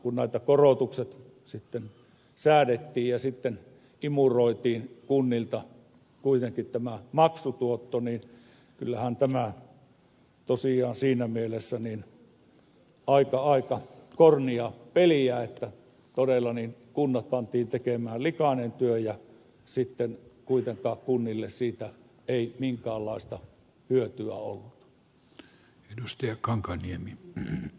kun näitä korotuksia säädettiin ja imuroitiin kunnilta kuitenkin tämä maksutuotto niin kyllähän tämä tosiaan siinä mielessä aika kornia peliä on että kunnat todella pantiin tekemään likainen työ ja sitten kuitenkaan kunnille siitä ei minkäänlaista hyötyä ollut